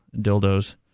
dildos